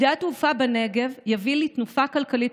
שדה התעופה בנגב יביא לתנופה כלכלית